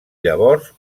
llavors